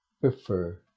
prefer